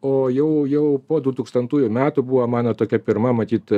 o jau jau po du tūkstantųjų metų buvo mano tokia pirma matyt